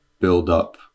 build-up